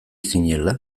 zinela